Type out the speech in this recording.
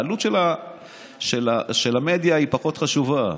העלות של המדיה היא פחות חשובה.